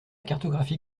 cartographie